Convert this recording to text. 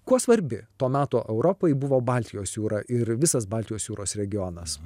kuo svarbi to meto europai buvo baltijos jūra ir visas baltijos jūros regionas